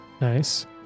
Nice